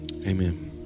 Amen